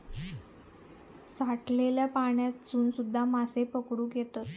साठलल्या पाण्यातसून सुध्दा माशे पकडुक येतत